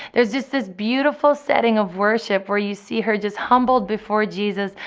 there's just this beautiful setting of worship where you see her just humbled before jesus,